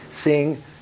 seeing